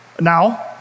Now